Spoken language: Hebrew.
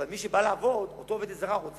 אבל מי שבא לעבוד, אותה אשה רוצה